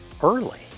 early